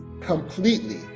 completely